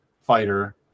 fighter